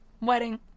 wedding